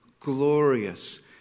Glorious